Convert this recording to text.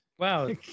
Wow